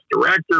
Director